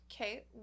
Okay